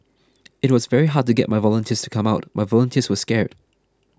it was very hard to get my volunteers to come out my volunteers were scared